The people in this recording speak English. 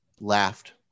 laughed